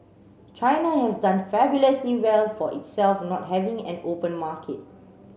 China has done fabulously well for itself not having an open market